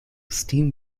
steam